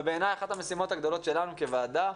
בעיניי אחת המשימות הגדולות שלנו כוועדה,